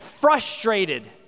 frustrated